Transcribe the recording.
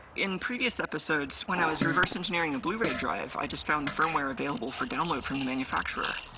in previous episodes when i was reverse engineering a blu-ray drive i just found the firmware available for download from the manufacturer.